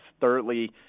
Thirdly